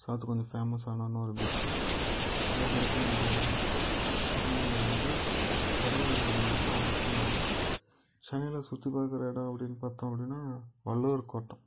அது கொஞ்சம் ஃபேமஸ்ஸான இன்னொரு பீச்சு அதுக்கு அடுத்தது மெரினா பீச்சு ஸோ அது மாதிரி வந்து கடல்கள் ரொம்ப இருக்குது அதுக்கு அடுத்தது வந்து சென்னையில் சுற்றி பார்க்குற இடம் அப்படினு பார்த்தோம் அப்படினா வள்ளுவர் கோட்டம்